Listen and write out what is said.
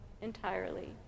entirely